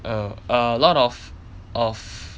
err a lot of of